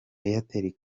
airtel